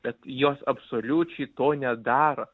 bet jos absoliučiai to nedaro